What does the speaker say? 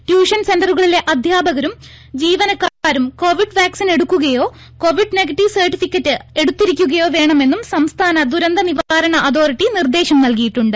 tuition സെന്ററുകളിലെ അധ്യാപകരും ജീവനക്കാരും കോവിഡ് വാക്സിൻ എടുക്കുകയോ കോവിഡ് നെഗറ്റീവ് സർട്ടിഫിക്കറ്റ് എടുത്തിരിക്കുകയോ വേണമെന്നും സംസ്ഥാന ദുരന്തനിവാരണ അതോറിറ്റി നിർദേശം നൽകിയിട്ടുണ്ട്